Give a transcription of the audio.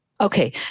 Okay